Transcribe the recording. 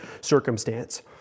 circumstance